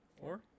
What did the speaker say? Four